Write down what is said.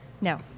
No